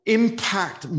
impact